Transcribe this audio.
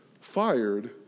fired